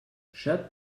shut